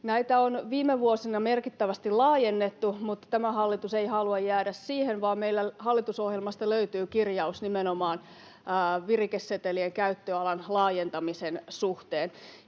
Näitä on viime vuosina merkittävästi laajennettu, mutta tämä hallitus ei halua jäädä siihen, vaan meillä hallitusohjelmasta löytyy kirjaus nimenomaan virikesetelien käyttöalan laajentamisen suhteen.